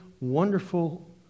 wonderful